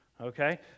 okay